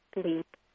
sleep